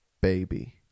baby